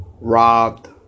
robbed